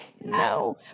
no